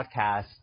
Podcast